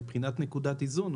מבחינת נקודת איזון,